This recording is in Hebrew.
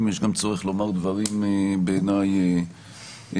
יש גם צורך לומר דברים בעיניי קשים,